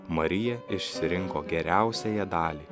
marija išsirinko geriausiąją dalį